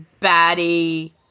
baddie